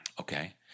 Okay